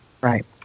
right